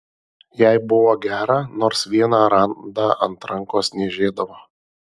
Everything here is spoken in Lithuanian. jai buvo gera nors vieną randą ant rankos niežėdavo